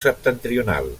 septentrional